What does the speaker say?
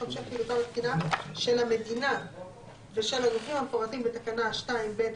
המשך פעילותם התקינה של המדינה ושל הגופים המנויים בתקנה 2(ב)